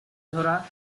zora